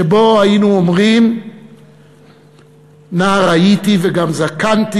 שבה היינו אומרים "נער הייתי גם זקנתי